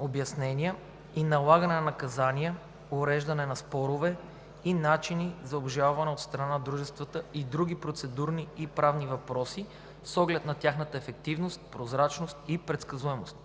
обяснения и налагане на наказания, уреждане на спорове и начини за обжалване от страна на дружествата и други процедурни и правни въпроси с оглед на тяхната ефективност, прозрачност и предсказуемост.